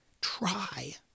try